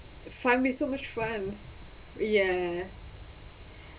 finally so much fun ya